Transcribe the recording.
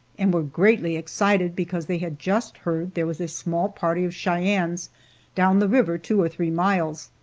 and were greatly excited because they had just heard there was a small party of cheyennes down the river two or three miles.